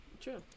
True